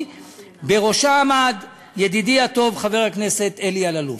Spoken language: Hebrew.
שבראשה עמד ידידי הטוב חבר הכנסת אלי אלאלוף.